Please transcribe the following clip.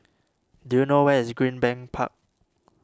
do you know where is Greenbank Park